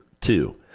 two